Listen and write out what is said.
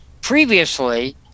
previously